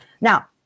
Now